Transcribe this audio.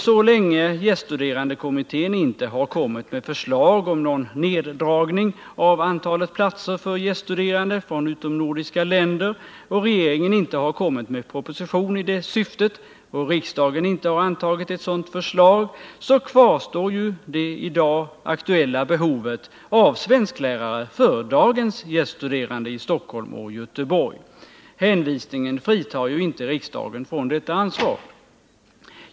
Så länge gäststuderandekommittén inte har kommit med förslag om någon neddragning av antalet platser för gäststuderande från utomnordiska länder och regeringen inte lagt fram proposition i det syftet och riksdagen inte har antagit ett sådant förslag, kvarstår det i dag aktuella behovet av svensklärare för dagens gäststuderande i Stockholm och Göteborg. Hänvisningen fritar ju inte riksdagen från detta ansvar.